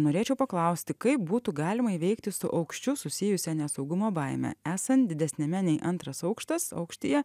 norėčiau paklausti kaip būtų galima įveikti su aukščiu susijusią nesaugumo baimę esant didesniame nei antras aukštas aukštyje